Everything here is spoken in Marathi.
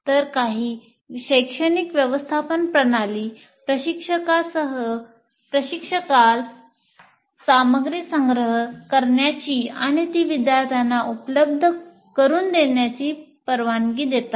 तर काही शैक्षणिक व्यवस्थापन प्रणाली प्रशिक्षकाला सामग्री संग्रह करण्याची आणि ती विद्यार्थ्यांना उपलब्ध करुन देण्याची परवानगी देतात